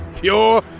Pure